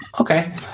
Okay